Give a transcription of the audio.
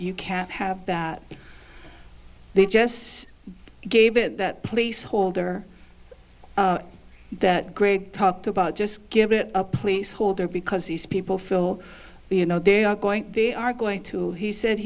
you can't have that they just gave it that place holder that great talked about just give it a place holder because these people feel you know they are going they are going to he said